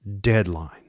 deadline